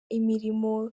imirimo